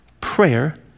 prayer